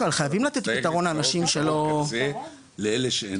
חייבים לתת פתרון לאנשים שלא --- לאלה שאין